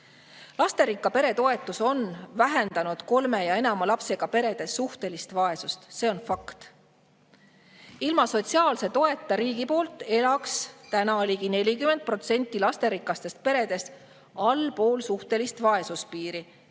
Lasterikka pere toetus on vähendanud kolme ja enama lapsega perede suhtelist vaesust. See on fakt. Ilma sotsiaalse toeta riigi poolt elaks täna ligi 40% lasterikastest peredest allpool suhtelise vaesuse piiri